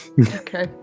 Okay